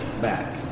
back